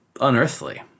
unearthly